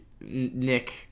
nick